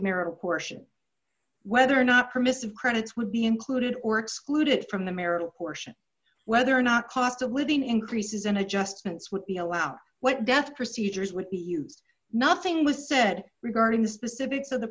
marital portion whether or not permissive credits would be included or excluded from the marital portion whether or not cost of living increases and adjustments would be allowed what death procedures would be used nothing was said regarding the specifics of the